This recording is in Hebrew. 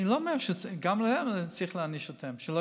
אני לא אומר, גם אותם צריך להעניש, כדי